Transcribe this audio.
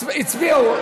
הצביעו.